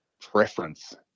preference